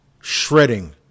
shredding